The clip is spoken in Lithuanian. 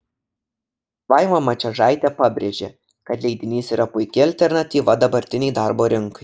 vaiva mačiežaitė pabrėžė kad leidinys yra puiki alternatyva dabartinei darbo rinkai